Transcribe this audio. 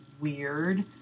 weird